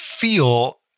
feel